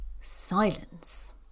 silence